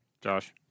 Josh